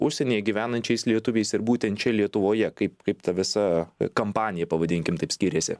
užsienyje gyvenančiais lietuviais ir būtent čia lietuvoje kaip kaip ta visa kampanija pavadinkim taip skiriasi